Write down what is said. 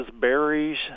berries